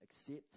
accept